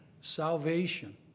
salvation